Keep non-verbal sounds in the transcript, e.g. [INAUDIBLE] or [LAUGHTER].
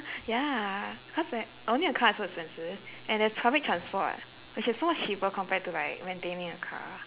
[BREATH] ya cause like owning a car is so expensive and there's public transport which is so much cheaper compared to like maintaining a car